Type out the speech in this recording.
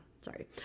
sorry